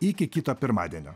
iki kito pirmadienio